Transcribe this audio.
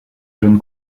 jeune